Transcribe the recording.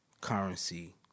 Currency